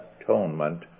atonement